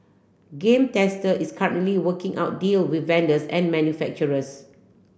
Game Tester is currently working out deal with vendors and manufacturers